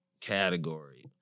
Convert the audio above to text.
category